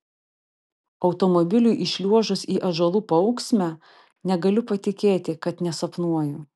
automobiliui įšliuožus į ąžuolų paūksmę negaliu patikėti kad nesapnuoju